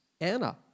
Anna